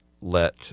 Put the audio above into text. let